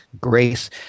grace –